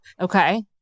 Okay